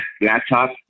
laptop